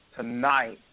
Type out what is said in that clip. tonight